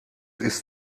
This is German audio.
ist